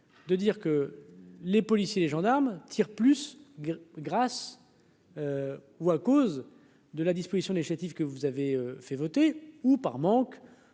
de dire que les policiers, les gendarmes tirent plus grâce ou à cause de la disposition des chétif que vous avez fait voter ou par manque